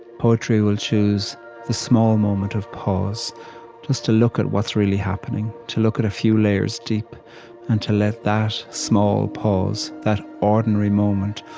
poetry will choose the small moment of pause just to look at what's really happening, to look at a few layers deep and to let that small pause, that ordinary moment,